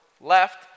left